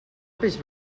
peix